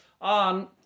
on